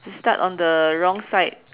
to start on the wrong side